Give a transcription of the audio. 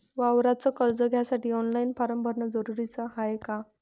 वावराच कर्ज घ्यासाठी ऑनलाईन फारम भरन जरुरीच हाय का?